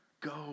Go